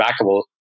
backable